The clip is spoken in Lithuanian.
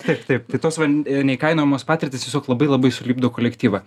taip taip tai tos va neįkainojamos patirtys tiesiog labai labai sulipdo kolektyvą